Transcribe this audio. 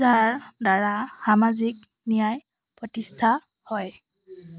যাৰ দ্বাৰা সামাজিক ন্যায় প্ৰতিষ্ঠা হয়